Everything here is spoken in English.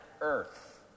Earth